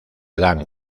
dan